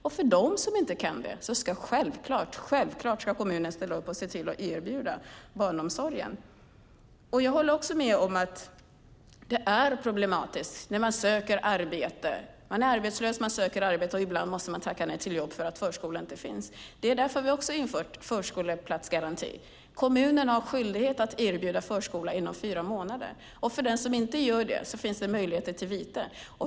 Men för dem som inte kan lösa det ska kommunen självklart ställa upp och erbjuda barnomsorg. Jag håller med om att det är problematiskt när man söker arbete och måste tacka nej till jobb för att förskoleplats saknas. Det är bland annat därför vi har infört förskoleplatsgarantin. Kommunen har skyldighet att erbjuda förskola inom fyra månader. Den kommun som inte gör det kan föreläggas vite.